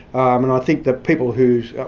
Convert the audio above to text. um and i think that people who's,